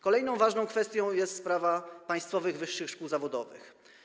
Kolejną ważną kwestią jest sprawa państwowych wyższych szkół zawodowych.